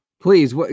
Please